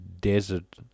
desert